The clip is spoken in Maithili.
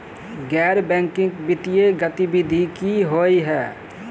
गैर बैंकिंग वित्तीय गतिविधि की होइ है?